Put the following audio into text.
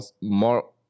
more